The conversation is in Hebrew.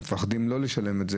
אנשים מפחדים לא לשלם את הדוח.